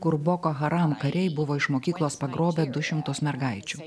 kur boko haram kariai buvo iš mokyklos pagrobę du šimtus mergaičių